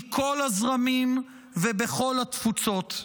מכל הזרמים ובכל התפוצות,